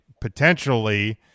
potentially